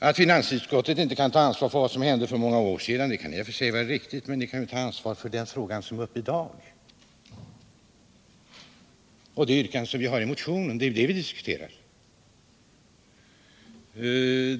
Att finansutskottet inte kan ta ansvar för vad som hände för många år sedan kan i och för sig vara riktigt, men utskottet kan väl åtminstone ta ansvaret för den fråga som är uppe till behandling i dag och ta ställning till vårt yrkande i motionen — det är ju det vi diskuterar.